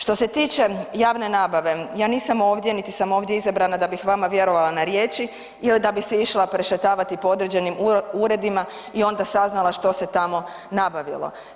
Što se tiče javne nabave, ja nisam ovdje niti sam ovdje izabrana da bih vama vjerovala na riječi ili da bi se išla prešetavati po određenim uredima i onda saznala što se tamo nabavilo.